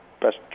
best